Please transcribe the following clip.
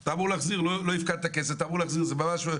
אם לא הופקד כסף אמורים להחזיר את הצ'ק.